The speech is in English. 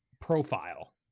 profile